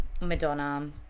madonna